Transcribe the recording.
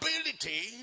ability